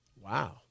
Wow